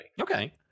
Okay